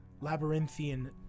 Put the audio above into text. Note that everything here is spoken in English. labyrinthian